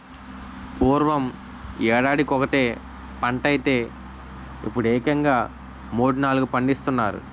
పూర్వం యేడాదికొకటే పంటైతే యిప్పుడేకంగా మూడూ, నాలుగూ పండిస్తున్నారు